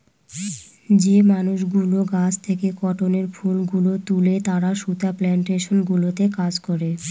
যে মানুষগুলো গাছ থেকে কটনের ফুল গুলো তুলে তারা সুতা প্লানটেশন গুলোতে কাজ করে